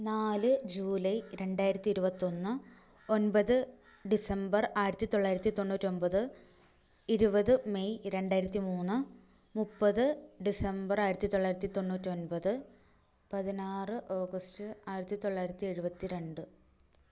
നാല് ജൂലൈ രണ്ടായിരത്തി ഇരുപത്തിയൊന്ന് ഒന്പത് ഡിസംബര് ആയിരത്തി തൊള്ളായിരത്തി തൊണ്ണൂറ്റിയൊന്പത് ഇരുപത് മെയ് രണ്ടായിരത്തി മൂന്ന് മുപ്പത് ഡിസംബര് ആയിരത്തി തൊള്ളായിരത്തി തൊണ്ണൂറ്റിയൊന്പത് പതിനാറ് ഓഗസ്റ്റ് ആയിരത്തി തൊള്ളായിരത്തി എഴുപത്തി രണ്ട്